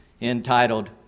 entitled